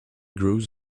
grows